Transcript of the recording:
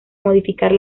modificar